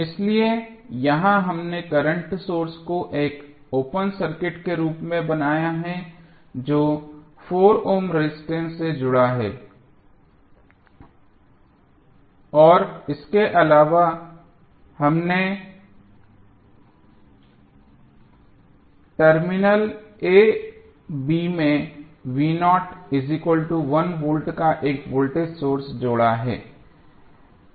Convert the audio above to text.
इसलिए यहां हमने करंट सोर्स को एक ओपन सर्किट के रूप में बनाया है जो 4 ओम रेजिस्टेंस से जुड़ा है और इसके अलावा हमने टर्मिनल a b में वोल्ट का एक वोल्टेज सोर्स जोड़ा है